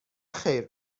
خیر